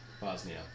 Bosnia